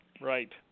Right